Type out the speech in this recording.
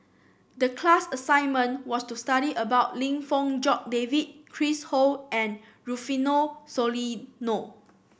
the class assignment was to study about Lim Fong Jock David Chris Ho and Rufino Soliano